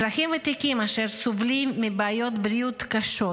אזרחים ותיקים אשר סובלים מבעיות בריאות קשות